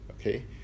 Okay